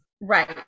Right